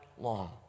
long